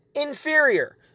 inferior